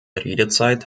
redezeit